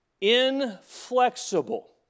inflexible